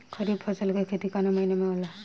खरीफ फसल के खेती कवना महीना में होला?